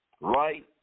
Right